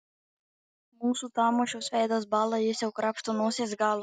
mūsų tamošiaus veidas bąla jis sau krapšto nosies galą